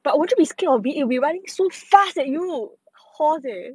but 我这 be scared of being a wedding so fast that you know horse eh